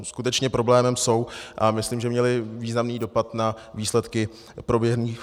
Skutečně problémem jsou a myslím, že měly významný dopad na výsledky proběhlých voleb.